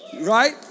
Right